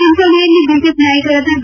ಚಿಂಚೋಳಿಯಲ್ಲಿ BJP ನಾಯಕರಾದ B